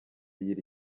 y’iri